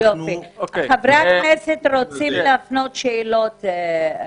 חברי הכנסת רוצים להפנות שאלות.